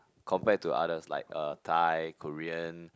compared to others like uh Thai Korean